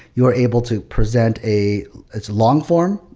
you are able to present a it's long form,